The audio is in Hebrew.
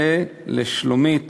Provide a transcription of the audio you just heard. ולשלומית